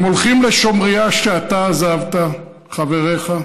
הם הולכים לשומריה, שאתה עזבת, חבריך,